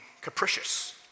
capricious